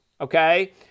Okay